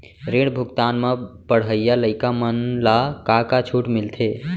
ऋण भुगतान म पढ़इया लइका मन ला का का छूट मिलथे?